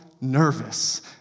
nervous